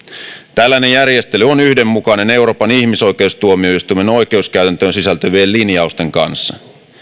tällainen järjestely on yhdenmukainen euroopan ihmisoikeustuomioistuimen oikeuskäytäntöön sisältyvien lin jausten kanssa